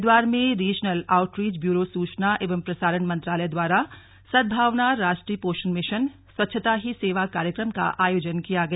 हरिद्वार में regional outreach bureau सूचना एवं प्रसारण मंत्रालय द्वारा सदभावन राष्ट्रीय पोषण मिशन स्वच्छता ही सेवा कार्यक्रम का आयोजन किया गया